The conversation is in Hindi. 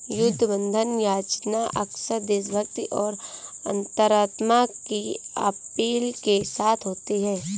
युद्ध बंधन याचना अक्सर देशभक्ति और अंतरात्मा की अपील के साथ होती है